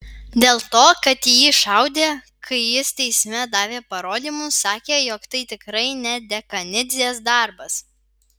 dėl to kad į jį šaudė kai jis teisme davė parodymus sakė jog tai tikrai ne dekanidzės darbas